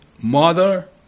mother